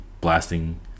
blasting